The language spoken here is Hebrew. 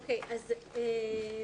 בוא,